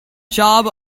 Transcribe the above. job